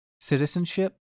citizenship